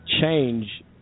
change